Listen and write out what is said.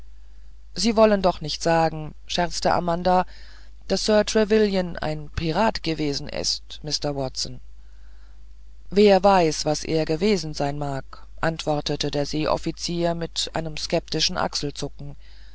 sie wollen doch nicht sagen scherzte amanda daß sir trevelyan ein pirat gewesen sei mr watson wer weiß was er gewesen sein mag antwortete der seeoffizier mit einem skeptischen achselzucken